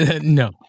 No